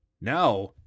Now